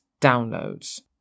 downloads